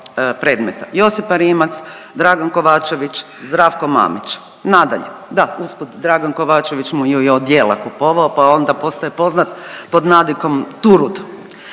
Josipa Rimac, Dragan Kovačević, Zdravko Mamić. Nadalje, da usput Dragan Kovačević mu je i odjela kupovao, pa onda postaje poznat pod nadimkom Turud.